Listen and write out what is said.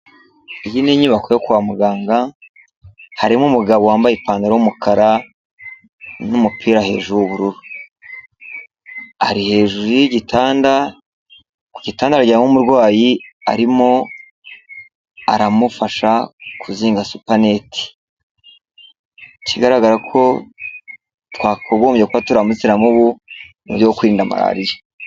Iyi ni inyubako yo kwa muganga. Harimo umugabo wambaye ipantaro y'umukara n'umupira hejuru w'ubururu. Ari hejuru y'igitanda. Ku gitanda haryamyemo umurwayi arimo aramufasha kuzinga supernet. Ikigaragara ko twakagombye kuba turara mu nzitiramibu mu buryo bwo kwirinda malariya.